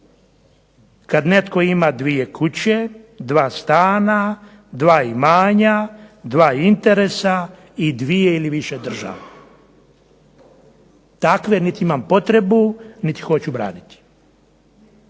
kad netko ima dvije kuće, dva stana, dva imanja, dva interesa i dvije ili više država. Takve niti imam potrebu niti hoću braniti.